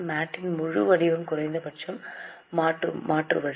MAT இன் முழு வடிவம் குறைந்தபட்ச மாற்று வரி